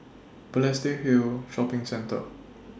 Balestier Hill Shopping Centre